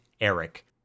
Eric